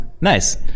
Nice